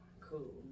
Cool